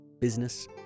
business